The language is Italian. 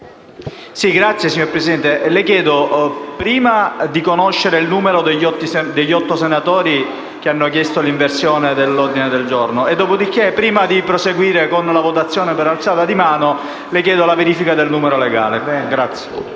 *(M5S)*. Signor Presidente, chiedo di conoscere il numero degli otto senatori che hanno richiesto l'inversione dell'ordine del giorno. Dopodiché, prima di proseguire con la votazione per alzata di mano, chiedo la verifica del numero legale.